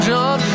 John